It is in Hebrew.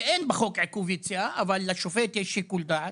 שאין בחוק עיכוב יציאה, אבל לשופט יש שיקול דעת.